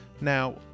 Now